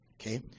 Okay